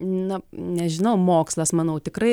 na nežinau mokslas manau tikrai